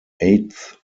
eighth